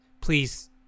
please